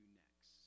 next